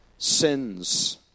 sins